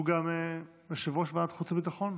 שהוא גם יושב-ראש ועדת החוץ והביטחון,